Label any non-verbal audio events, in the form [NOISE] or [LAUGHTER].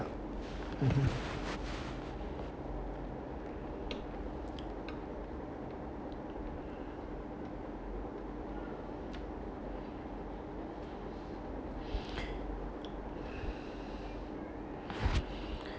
[BREATH] mmhmm [BREATH]